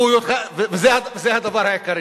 וזה הדבר העיקרי.